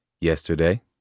yesterday